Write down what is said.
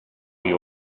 you